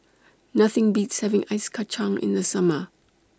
Nothing Beats having Ice Kacang in The Summer